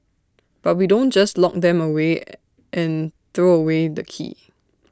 but we don't just lock them away and throw away the key